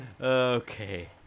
okay